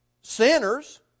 sinners